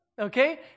okay